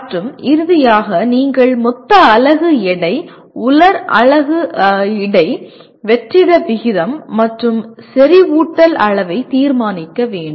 மற்றும் இறுதியாக நீங்கள் மொத்த அலகு எடை உலர் அலகு எடை வெற்றிட விகிதம் மற்றும் செறிவூட்டல் அளவை தீர்மானிக்க வேண்டும்